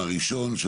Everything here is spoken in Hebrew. הראשון,